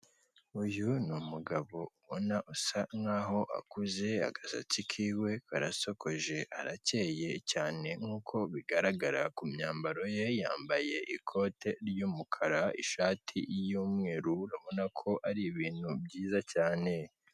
Uyu ni umugabo ubona usa nk'aho akuze agasatsi kiwe karasokoje arakeyeye cyane nk'uko bigaragara ku myambaro ye yambaye ikote ry'umukara, ishati yumweru urabona ko ari ibintu byiza cyane.